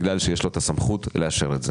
בגלל שיש לו את הסמכות לאשר את זה.